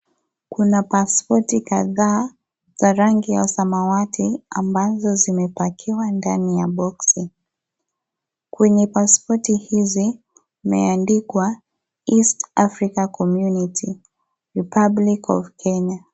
Kuna pasipoti kadhaa za rangi ya samawati ambazo zimepakiwa ndani ya boksi, kwenye pasipoti hizi kumeandikwa East Africa Community Republic of Kenya .